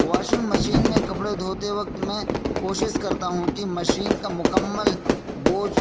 washing machine میں کپڑے دھوتے وقت میں کوشش کرتا ہوں کہ مشین کا مکمل بوجھ